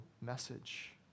message